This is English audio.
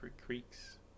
creeks